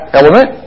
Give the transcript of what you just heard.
element